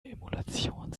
emulation